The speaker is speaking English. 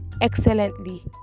excellently